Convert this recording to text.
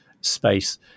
space